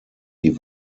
die